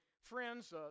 friends